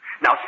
Now